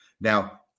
Now